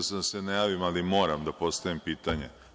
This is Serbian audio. Mislio sam da se ne javim, ali moram da postavim pitanje.